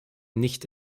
nicht